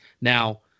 Now